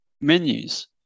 menus